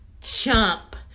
chump